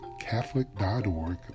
catholic.org